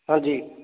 ਹਾਂਜੀ